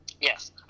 Yes